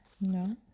No